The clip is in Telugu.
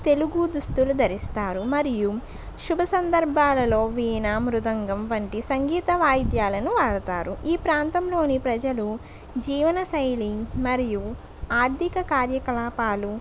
తెలుగు దుస్తులు ధరిస్తారు మరియు శుభ సందర్భాలలో వీణ మృదంగం వంటి సంగీత వాయిద్యాలను వాడుతారు ఈ ప్రాంతంలోని ప్రజలు జీవన శైలి మరియు ఆర్థిక కార్యకలాపాలు